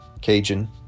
Cajun